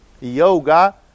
Yoga